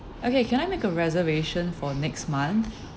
okay can I make a reservation for next month